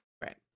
right